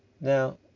now